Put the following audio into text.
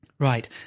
Right